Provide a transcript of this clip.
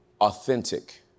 authentic